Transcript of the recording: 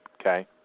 okay